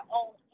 own